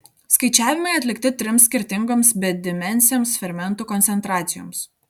skaičiavimai atlikti trims skirtingoms bedimensėms fermentų koncentracijoms